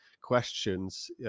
questions